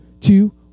two